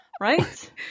Right